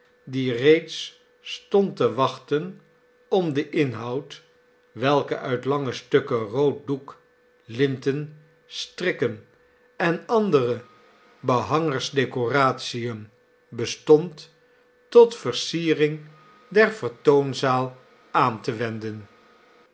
die reeds stond te wachten om den inhoud welke uit lange stukken rood doek linten strikken en andere nelly behangersdecoratien bestond tot versiering der vertoonzaal aan te wenden